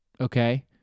Okay